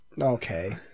Okay